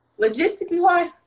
Logistically-wise